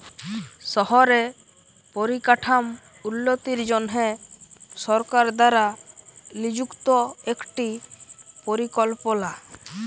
শহরে পরিকাঠাম উল্যতির জনহে সরকার দ্বারা লিযুক্ত একটি পরিকল্পলা